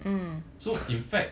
so in fact